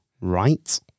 right